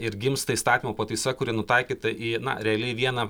ir gimsta įstatymo pataisa kuri nutaikyta į realiai vieną